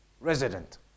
resident